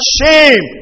shame